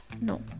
no